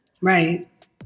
Right